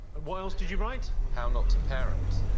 what else did you write? how not to parent.